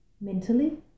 mentally